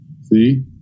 See